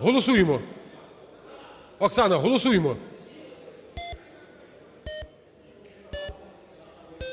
Голосуємо. Оксано, голосуємо. 17:23:20